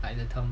the term